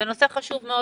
זה נושא חשוב מאוד,